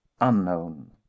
unknown